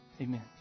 amen